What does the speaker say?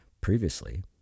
Previously